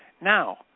now